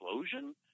explosion